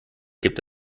gibt